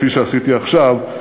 כפי שעשיתי עכשיו,